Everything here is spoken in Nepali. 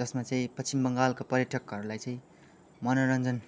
जसमा चाहिँ पश्चिम बङ्गालको पर्यटकहरूलाई चाहिँ मनोरञ्जन